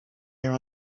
there